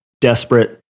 desperate